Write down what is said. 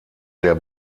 der